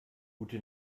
gute